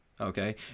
okay